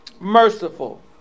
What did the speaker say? merciful